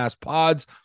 pods